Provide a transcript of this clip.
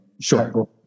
sure